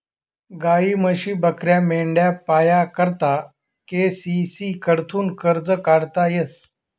गायी, म्हशी, बकऱ्या, मेंढ्या पाया करता के.सी.सी कडथून कर्ज काढता येस